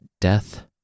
death